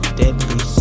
deadly